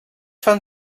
fan